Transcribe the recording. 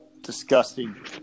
disgusting